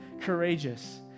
courageous